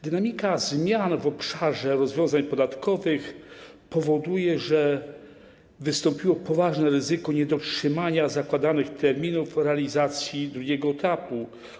Dynamika zmian w obszarze rozwiązań podatkowych powoduje, że wystąpiło poważne ryzyko niedotrzymania zakładanych terminów realizacji drugiego etapu.